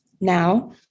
now